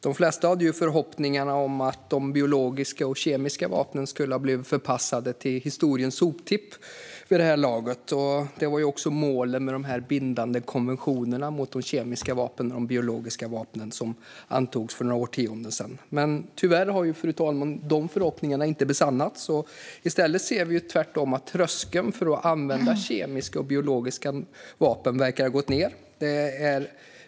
De flesta hade förhoppningar om att de biologiska och kemiska vapnen skulle ha blivit förpassade till historiens soptipp vid det här laget, och det var ju också målen med de bindande konventioner mot kemiska och biologiska vapen som antogs för några årtionden sedan. Tyvärr, fru talman, har de förhoppningarna inte besannats. I stället verkar tvärtom tröskeln för att använda kemiska och biologiska vapen ha gått ned.